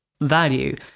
value